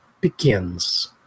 begins